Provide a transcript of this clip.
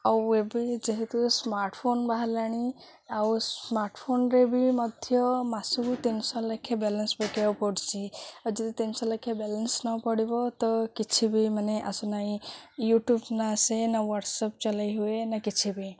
ଆଉ ଏବେ ଯେହେତୁ ସ୍ମାର୍ଟଫୋନ୍ ବାହାରିଲାଣି ଆଉ ସ୍ମାର୍ଟଫୋନ୍ରେ ବି ମଧ୍ୟ ମାସକୁ ତିନିଶହ ଲେଖେ ବାଲାନ୍ସ ପକାଇବାକୁ ପଡ଼ୁଛି ଆଉ ଯଦି ତିନିଶହ ଲେଖେ ବାଲାନ୍ସ ନ ପଡ଼ିବ ତ କିଛି ବି ମାନେ ଆସୁନାଇଁ ୟୁଟ୍ୟୁବ୍ ନା ଆସେ ନା ୱାଟ୍ସଆପ୍ ଚଲାଇ ହୁଏ ନା କିଛି ବି